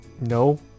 No